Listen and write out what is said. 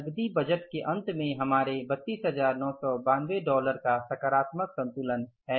नकदी बजट के अंत में हमारे 32992 डॉलर का सकारात्मक संतुलन है